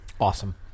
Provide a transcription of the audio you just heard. Awesome